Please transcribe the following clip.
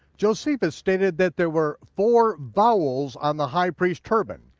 josephus stated that there were four vowels on the high priest turban.